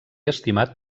estimat